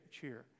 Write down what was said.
cheer